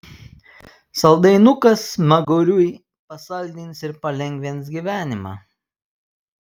saldainukas smaguriui pasaldins ir palengvins gyvenimą